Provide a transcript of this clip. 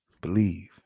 Believe